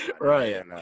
Right